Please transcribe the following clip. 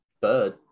bird